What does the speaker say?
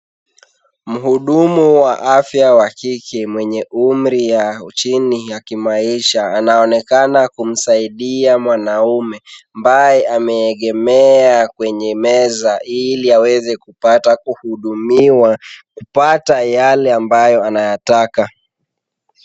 Mhudumu wa afya wa kike mwenye umri ya chini ya kimaisha ,anaonekana kumsaidia mwanamume ,ambaye ameegemea kwenye meza ili aweze kupata kuhudumiwa kupata yale ambayo anayataka .